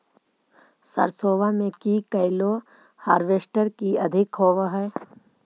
सरसोबा मे की कैलो हारबेसटर की अधिक होब है?